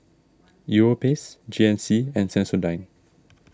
Europace G N C and Sensodyne